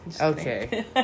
Okay